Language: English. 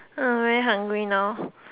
uh very hungry now